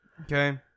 Okay